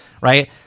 right